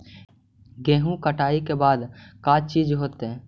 गेहूं कटाई के बाद का चीज होता है?